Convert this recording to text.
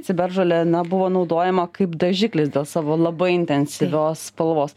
ciberžolė na buvo naudojama kaip dažiklis dėl savo labai intensyvios spalvos